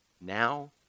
Now